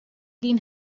dyn